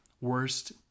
worst